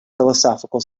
philosophical